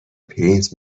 پرینت